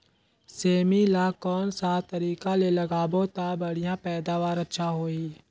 सेमी ला कोन सा तरीका ले लगाबो ता बढ़िया पैदावार अच्छा होही?